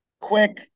quick